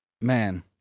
Man